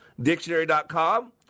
Dictionary.com